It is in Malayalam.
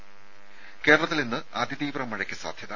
ത കേരളത്തിൽ ഇന്ന് അതി തീവ്ര മഴയ്ക്ക് സാധ്യത